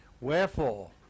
wherefore